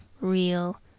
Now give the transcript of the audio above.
real